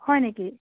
হয় নেকি